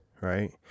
Right